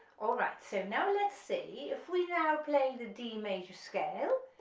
all right, so now let's see if we now play the d major scale,